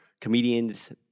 comedians